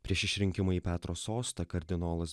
prieš išrinkimą į petro sostą kardinolas